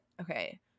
okay